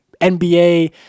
NBA